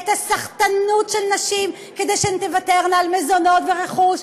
את הסחטנות כלפי נשים כדי שהן תוותרנה על מזונות ורכוש.